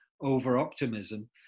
over-optimism